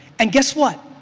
and guess what,